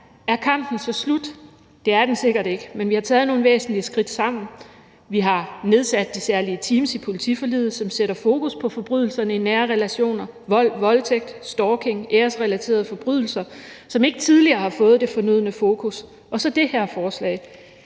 Er kampen så slut? Det er den sikkert ikke, men vi har taget nogle væsentlige skridt sammen; vi har nedsat de særlige teams i politiforliget, som sætter fokus på forbrydelser i nære relationer – vold, voldtægt, stalking, æresrelaterede forbrydelser – som ikke tidligere har fået det fornødne fokus, og så har vi det her forslag.